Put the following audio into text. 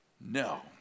No